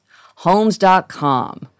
Homes.com